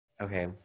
Okay